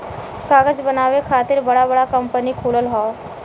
कागज बनावे खातिर बड़ा बड़ा कंपनी खुलल हौ